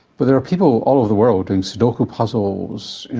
but there are people all over the world doing sudoku puzzles, you